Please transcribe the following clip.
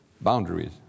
boundaries